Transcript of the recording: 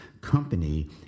Company